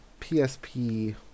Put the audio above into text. PSP